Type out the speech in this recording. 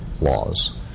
laws